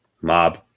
mob